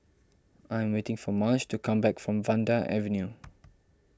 I am waiting for Marge to come back from Vanda Avenue